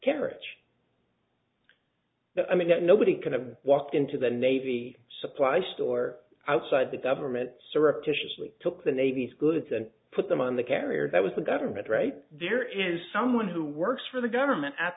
carriage that i mean that nobody could have walked into the navy supply store outside the government surreptitiously took the navy's goods and put them on the carrier that was the government right there is someone who works for the government at